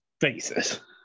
Faces